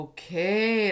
Okay